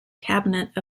cabinet